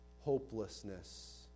hopelessness